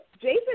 Jason